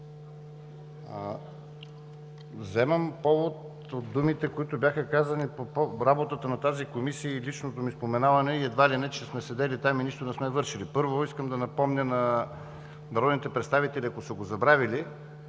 Вземам повод от думите, които бяха казани по работата на тази Комисия и личното ми споменаване, и едва ли не, че сме седели там и нищо не сме вършили. Първо, искам да напомня на народните представители, ако са го забравили,